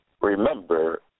Remember